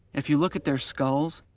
if you look at their skulls,